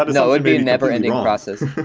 ah and would be a never ending process.